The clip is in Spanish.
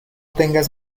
tengas